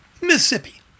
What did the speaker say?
Mississippi